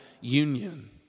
union